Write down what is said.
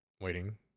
Waiting